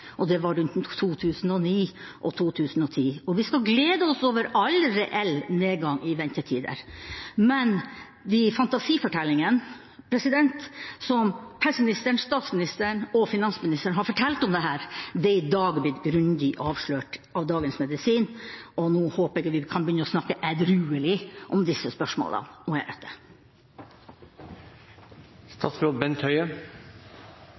og det var rundt 2009 og 2010. Vi skal glede oss over all reell nedgang i ventetider, men de fantasifortellingene som helseministeren, statsministeren og finansministeren har fortalt om dette, er i dag blitt grundig avslørt av Dagens Medisin, og nå håper jeg vi kan begynne å snakke edruelig om disse spørsmålene heretter. Jeg forstår at det er